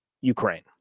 Ukraine